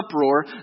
uproar